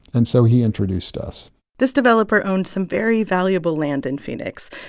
and so he introduced us this developer owned some very valuable land in phoenix,